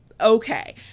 okay